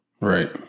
Right